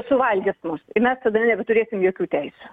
suvalgys mus ir mes tada nebeturėsim jokių teisių